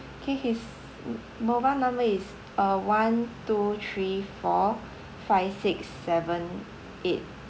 K his mobile number is uh one two three four five six seven eight